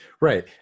right